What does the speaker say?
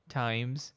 times